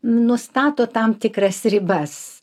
nustato tam tikras ribas